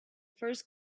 first